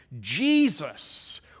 Jesus